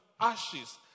ashes